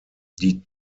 die